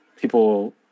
people